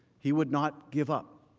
he would not give up.